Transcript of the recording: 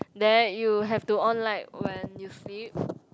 then you have to on light when you sleep